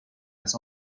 has